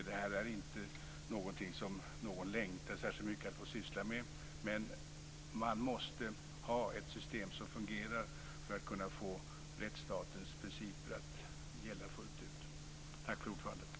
Det är inte något som någon längtar särskilt mycket att få syssla med, men man måste ha ett system som fungerar för att kunna få rättsstatens principer att gälla fullt ut.